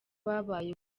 babaye